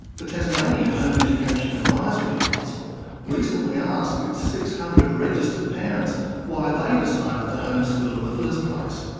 the tasmanian home education advisory council recently asked its six hundred registered parents why they decided to homeschool in the first place.